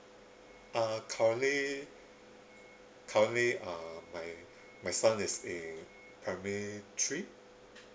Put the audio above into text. uh currently currently uh my my son is in primary three